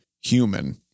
human